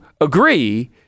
agree